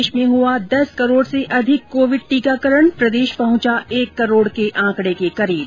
देश में हुआ दस करोड़ से अधिक कोविड टीकाकरण प्रदेश पहुंचा एक करोड़ के आंकड़े के करीब